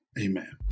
amen